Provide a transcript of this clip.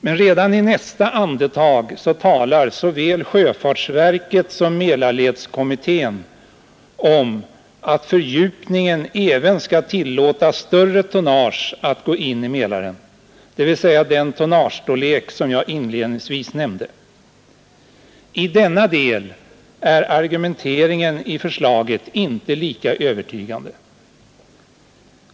Men redan i nästa andetag talar såväl sjöfartsverket som Mälarledskommittén om att fördjupningen även skall tillåta större tonnage att gå in i Mälaren, dvs. den tonnagestorlek som jag inledningsvis nämnde. I denna del är argumenteringen i förslaget inte lika övertygande.